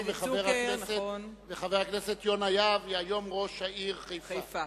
חבר הכנסת יונה יהב שהיום הוא ראש העיר חיפה.